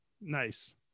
Nice